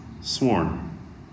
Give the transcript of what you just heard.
Sworn